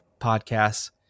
podcasts